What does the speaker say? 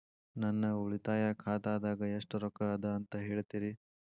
ನನ್ನ ಉಳಿತಾಯ ಖಾತಾದಾಗ ಎಷ್ಟ ರೊಕ್ಕ ಅದ ಅಂತ ಹೇಳ್ತೇರಿ?